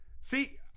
see